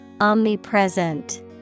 Omnipresent